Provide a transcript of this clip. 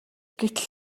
гэтэл